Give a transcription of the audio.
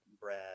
Brad